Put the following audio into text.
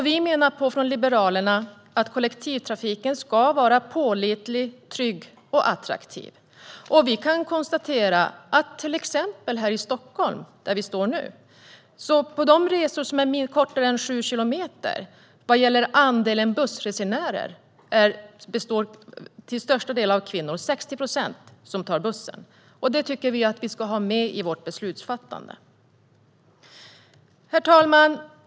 Vi liberaler menar att kollektivtrafiken ska vara pålitlig, trygg och attraktiv. Vi kan konstatera att till exempel här i Stockholm, där vi är nu, består andelen bussresenärer på resor kortare än 7 kilometer till största delen av kvinnor - 60 procent. De tar bussen, och detta tycker vi ska vara med i beslutsfattandet. Herr talman!